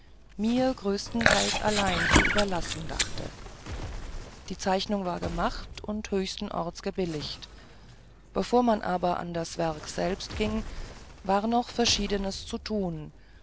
mir größtenteils allein zu überlassen dachte die zeichnung war gemacht und höchsten orts gebilligt bevor man aber an das werk selbst ging war noch verschiedenes zu tun